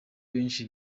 benshi